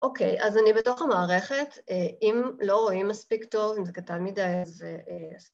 אוקיי, אז אני בתוך המערכת, אם לא רואים מספיק טוב, אם זה קטן מדי אז...